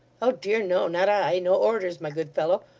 oh dear, no. not i. no orders, my good fellow.